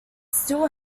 still